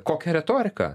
kokią retoriką